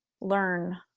learn